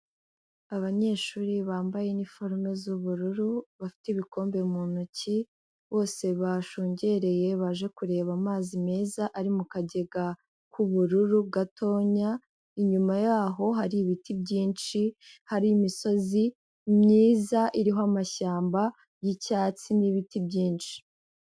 Abanyeshuri, bambaye iniforume z'ubururu, bafite ibikombe mu ntoki, bose bashungereye, baje kureba amazi meza, ari mu kagega k'ubururu, gatonya, inyuma yaho, hari ibiti byinshi, hari imisozi, myiza, iriho amashyamba, y'icyatsi n'ibiti byinshi.